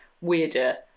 weirder